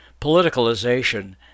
politicalization